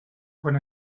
quan